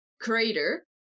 crater